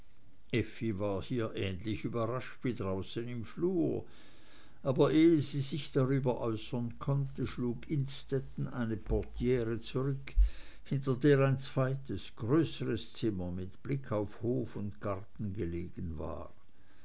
hier ähnlich überrascht wie draußen im flur aber ehe sie sich darüber äußern konnte schlug innstetten eine portiere zurück hinter der ein zweites etwas größeres zimmer mit blick auf hof und garten gelegen war